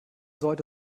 sollte